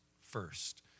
first